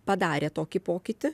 padarė tokį pokytį